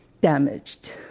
damaged